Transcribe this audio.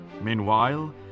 Meanwhile